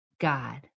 God